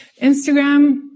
Instagram